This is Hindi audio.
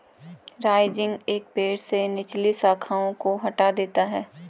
राइजिंग एक पेड़ से निचली शाखाओं को हटा देता है